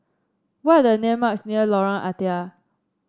what are the landmarks near Lorong Ah Thia